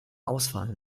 ausfallen